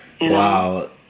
Wow